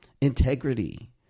integrity